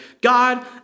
God